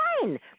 Fine